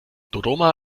dodoma